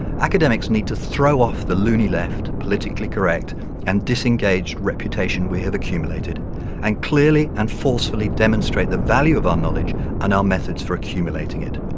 academics need to throw off the loony left politically correct arrogant and disengaged reputation we have accumulated and clearly and forcefully demonstrate the value of our knowledge and our methods for accumulating it.